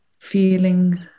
feeling